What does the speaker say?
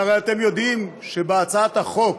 והרי אתם יודעים שבהצעת החוק